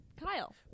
Kyle